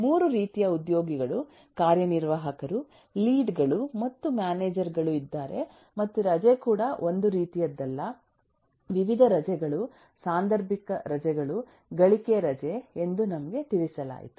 3 ರೀತಿಯ ಉದ್ಯೋಗಿಗಳು ಕಾರ್ಯನಿರ್ವಾಹಕರು ಲೀಡ್ ಗಳು ಮತ್ತು ಮ್ಯಾನೇಜರ್ ಗಳು ಇದ್ದಾರೆ ಮತ್ತು ರಜೆ ಕೂಡ ಒಂದು ರೀತಿಯದ್ದಲ್ಲ ವಿವಿಧ ರಜೆಗಳು ಸಾಂದರ್ಭಿಕ ರಜೆಗಳು ಗಳಿಕೆ ರಜೆ ಎಂದು ನಮಗೆ ತಿಳಿಸಲಾಯಿತು